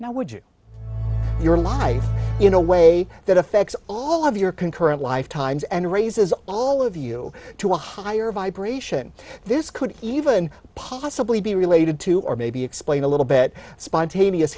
you now would you your life in a way that affects all of your concurrent life times and raises all of you to a higher vibration this could even pos be related to or maybe explain a little bit spontaneous